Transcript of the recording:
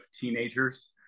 teenagers